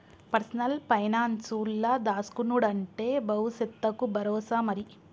personal పైనాన్సుల దాస్కునుడంటే బవుసెత్తకు బరోసా మరి